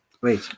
wait